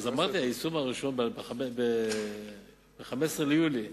אמרתי שהיישום הראשון ב-15 ביולי,